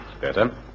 Better